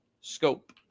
Scope